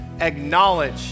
Acknowledge